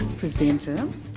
Presenter